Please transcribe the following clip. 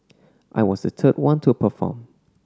I was the third one to perform